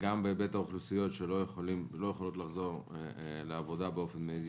וגם בהיבט האוכלוסיות שלא יכולות לחזור לעבודה באופן מיידי,